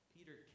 Peter